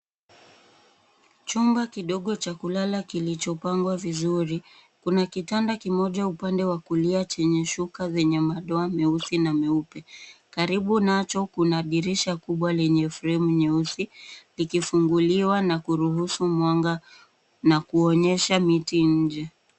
Chumba kidogo cha kulala kilichopangwa vizuri. Kuna kitanda kimoja upande wa kulia chenye shuka zenye madoa meusi na meupe. Karibu nacho kuna dirisha kubwa lenye fremu nyeusi likifunguliwa na kuruhusu mwanga na kuonesha miti nje.